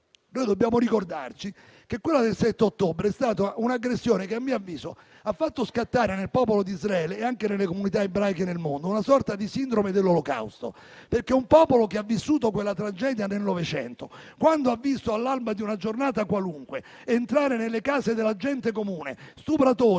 dobbiamo ricordarci che quella del 7 ottobre è stata un'aggressione che, a mio avviso, ha fatto scattare nel popolo d'Israele e anche nelle comunità ebraiche nel mondo una sorta di sindrome dell'Olocausto. Infatti, un popolo che ha vissuto quella tragedia nel Novecento, quando ha visto all'alba di una giornata qualunque entrare nelle case della gente comune stupratori,